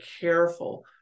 careful